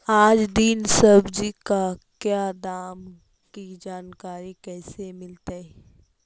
आज दीन सब्जी का क्या दाम की जानकारी कैसे मीलतय?